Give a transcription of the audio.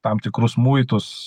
tam tikrus muitus